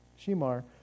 Shimar